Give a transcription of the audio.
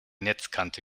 netzkante